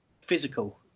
physical